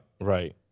Right